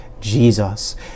Jesus